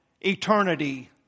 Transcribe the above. eternity